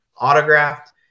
autographed